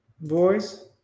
boys